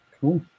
Cool